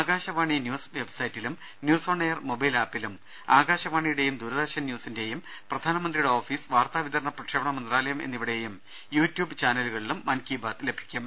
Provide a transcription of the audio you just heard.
Akashvani news വെബ്സൈറ്റിലും news on air mobile ആപ്പിലും ആകാശവാണിയുടെയും Doordarshan ന്യൂസിന്റെയും പ്രധാനമന്ത്രിയുടെ office വാർത്താവിതരണ പ്രക്ഷേപണ മന്ത്രാലയം എന്നിവയുടെ യൂട്യൂബ് ചാനലുകളിലും മൻകിബാത്ത് ലഭിക്കും